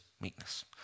meekness